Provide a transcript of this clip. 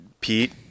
Pete